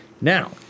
Now